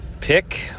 pick